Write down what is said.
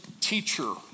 teacher